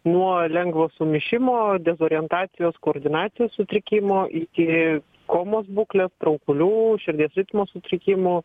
nuo lengvo sumišimo dezorientacijos koordinacijos sutrikimo iki komos būklės traukulių širdies ritmo sutrikimų